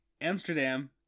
Amsterdam